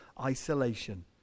isolation